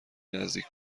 نزدیک